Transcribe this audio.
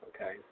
Okay